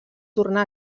tornà